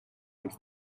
els